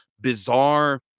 bizarre